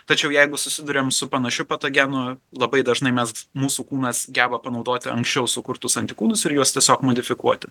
tačiau jeigu susiduriam su panašiu patogenu labai dažnai mes mūsų kūnas geba panaudoti anksčiau sukurtus antikūnus ir juos tiesiog modifikuoti